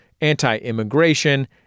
anti-immigration